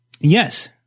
Yes